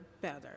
better